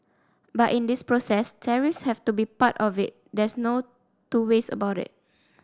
but in this process tariffs have to be part of it there's no two ways about it